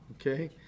okay